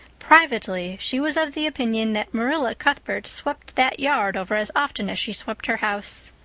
privately she was of the opinion that marilla cuthbert swept that yard over as often as she swept her house.